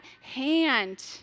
hand